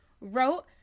wrote